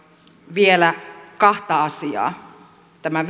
vielä kahta asiaa tämän